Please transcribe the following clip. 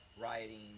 rioting